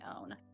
own